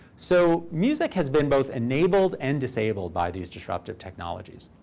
so music has been both enabled and disabled by these disruptive technologies.